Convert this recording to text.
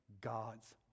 God's